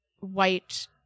white